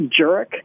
Jurek